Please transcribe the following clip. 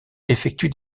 effectue